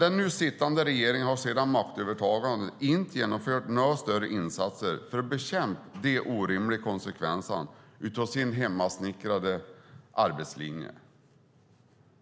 Den nu sittande regeringen har dock sedan maktövertagandet inte genomfört några större insatser för att bekämpa de orimliga konsekvenserna av sin hemmasnickrade arbetslinje.